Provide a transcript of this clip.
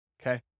okay